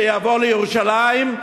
שיבוא לירושלים,